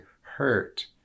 hurt